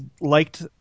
liked